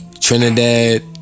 Trinidad